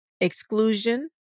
exclusion